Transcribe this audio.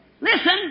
listen